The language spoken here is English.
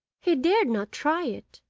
he dared not try it!